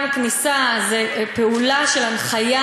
גם כניסה זה פעולה של הנחיה,